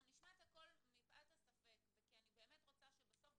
אנחנו נשמע את הכול מפאת הספק וכי אני באמת רוצה שבסוף,